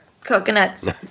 coconuts